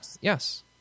Yes